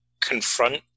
confront